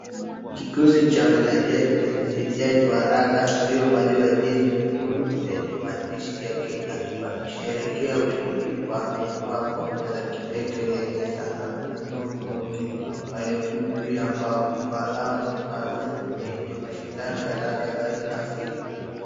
Kikosi cha wachezaji wa raga, waliovalia jezi nyekundu, lenye maandishi ya Kenya wakisherehekea ushindi, wameinua kombe la kipeke lenye sanamu yenye ndovu wawili, walioko juu ya mbalawa ni maarufu kwenye mashindano ya raga barani Africa.